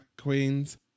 queens